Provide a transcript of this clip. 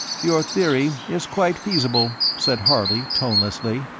your theory is quite feasible, said harley, tonelessly.